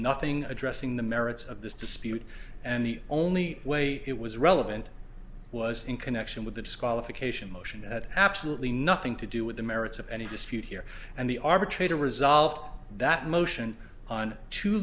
nothing addressing the merits of this dispute and the only way it was relevant was in connection with the disqualification motion absolutely nothing to do with the merits of any dispute here and the arbitrator resolved that motion on two